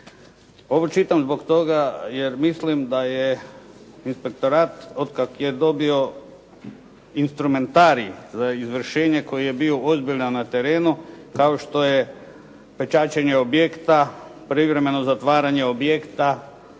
Ovo čitam zbog toga jer mislim da je inspektorat od kako je dobio instrumentarij za izvršenje koji je bio ozbiljan na terenu kao što je pečaćenje objekta, privremeno zatvaranje objekta,